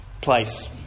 place